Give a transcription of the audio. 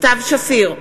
סתיו שפיר,